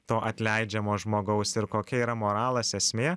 to atleidžiamo žmogaus ir kokia yra moralas esmė